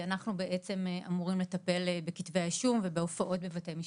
אנחנו בעצם אמורים לטפל בכתבי האישום ובהופעות בבתי משפט.